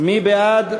מי בעד?